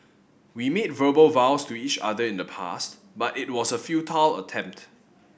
we made verbal vows to each other in the past but it was a futile attempt